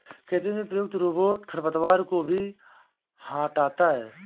खेती में प्रयुक्त रोबोट खरपतवार को भी हँटाता है